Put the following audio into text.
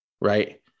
Right